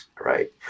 right